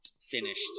finished